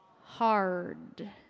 hard